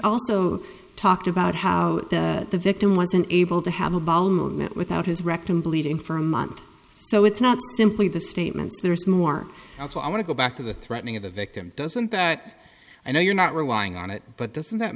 also talked about how the victim wasn't able to have a ball movement without his rectum bleeding for a month so it's not simply the statements there's more that's what i want to go back to the threatening of the victim doesn't that i know you're not relying on it but doesn't that